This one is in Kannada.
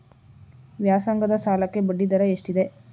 ವ್ಯಾಸಂಗದ ಸಾಲಕ್ಕೆ ಬಡ್ಡಿ ದರ ಎಷ್ಟಿದೆ?